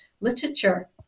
literature